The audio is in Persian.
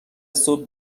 صبح